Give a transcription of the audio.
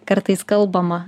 kartais kalbama